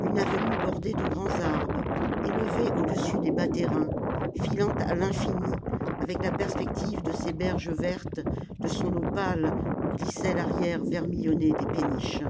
une avenue bordée de grands arbres élevée au-dessus des bas terrains filant à l'infini avec la perspective de ses berges vertes de son eau pâle où glissait l'arrière vermillonné des péniches